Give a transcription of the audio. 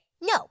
No